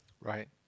Right